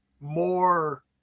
more